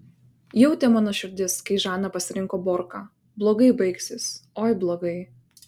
jautė mano širdis kai žana pasirinko borką blogai baigsis oi blogai